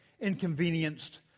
inconvenienced